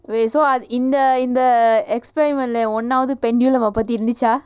wait so ah இந்த இந்த:intha intha experiment leh ஒண்ணாவது:onnaavathu pendulum பத்தி இருந்திச்சா:paththi irunthichcha